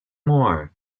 more